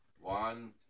One